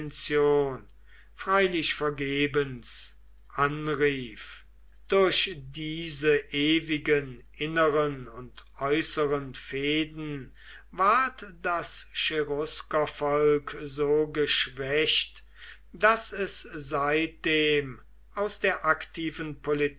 freilich vergebens anrief durch diese ewigen inneren und äußeren fehden ward das cheruskervolk so geschwächt daß es seitdem aus der aktiven